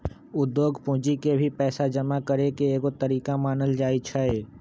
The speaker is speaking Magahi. उद्योग पूंजी के भी पैसा जमा करे के एगो तरीका मानल जाई छई